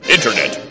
Internet